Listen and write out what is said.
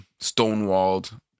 stonewalled